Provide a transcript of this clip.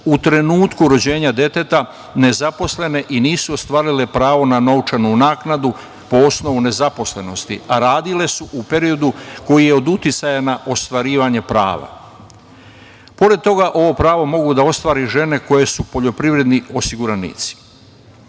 u trenutku rođenja deteta nezaposlene i nisu ostvarile pravo na novčanu naknadu po osnovu nezaposlenosti, a radile su u periodu koji je od uticaja na ostvarivanje prava. Pored toga, ovo pravo mogu da ostvare i žene koje su poljoprivredni osiguranici.